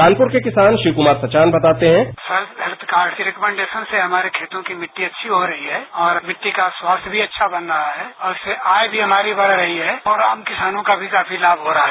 कानपुर के किसान शिवकुमार सचान बताते हैं किसान हेत्थ कार्ड के रिकॉमेंडेशन से हमारे खेतों की मिट्टी अच्छी हो रही है और मिट्टी का स्वास्थ्य भी अच्छा बन रहा है और फिर आय भी हमारी बढ़ रही है और आम किसानों का भी काफी लाभ हो रहा है